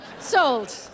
Sold